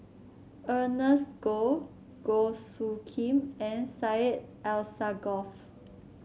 Ernest Goh Goh Soo Khim and Syed Alsagoff